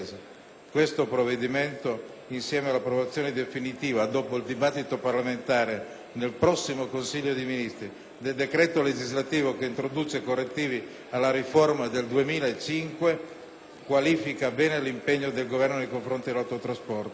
Questo provvedimento, insieme all'approvazione definitiva, dopo il dibattito parlamentare, nel prossimo Consiglio dei ministri, del decreto legislativo che introduce correttivi alla riforma del 2005, qualifica bene l'impegno del Governo nei confronti dell'autotrasporto.